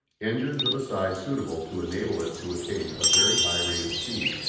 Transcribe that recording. engines of a size suitable to enable it to attain a very high rate of speed,